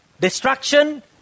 destruction